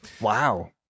Wow